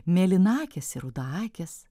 mėlynakės ir rudaakės